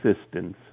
assistance